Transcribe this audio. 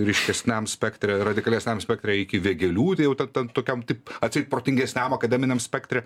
ryškesniam spektre radikalesniam spektre iki vėgėlių tai jau ten ten tokiam taip atseit protingesniam akademiniam spektre